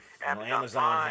Amazon